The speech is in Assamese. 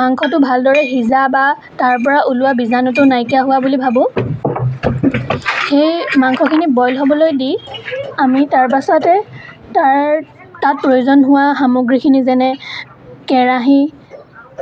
মাংসটো ভাল দৰে সিজা বা তাৰপৰা ওলোৱা বীজাণুটো নাইকিয়া হোৱা বুলি ভাবোঁ সেই মাংসখিনি বইল হ'বলৈ দি আমি তাৰপাছতে তাৰ তাত প্ৰয়োজন হোৱা সামগ্ৰীখিনি যেনে কেৰাহী